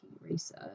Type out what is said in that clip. research